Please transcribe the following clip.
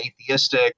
atheistic